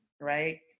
right